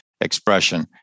expression